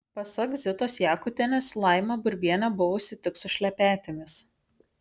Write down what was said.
pasak zitos jakutienės laima burbienė buvusi tik su šlepetėmis